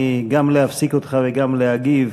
גם מלהפסיק אותך וגם מלהגיב,